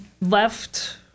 left